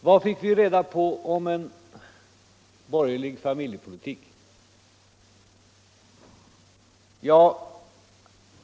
Vad fick vi reda på om en borgerlig familjepolitik?